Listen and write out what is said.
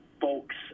Folks